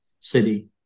City